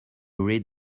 read